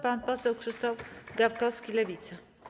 Pan poseł Krzysztof Gawkowski, Lewica.